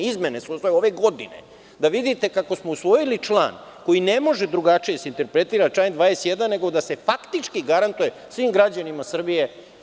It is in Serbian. Izmene su usvojene ove godine, da vidite kako smo usvojili član koji ne može drugačije da se interpretira, član 21, nego da se faktički garantuje svim građanima Srbije…